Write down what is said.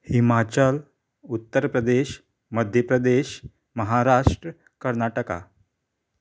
Himachal Uttar Pradesh Madhya Pradesh Maharashtra Karnataka